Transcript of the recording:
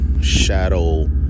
shadow